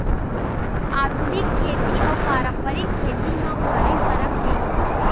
आधुनिक खेती अउ पारंपरिक खेती म भारी फरक हे